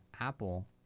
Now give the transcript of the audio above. Apple